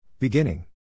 Beginning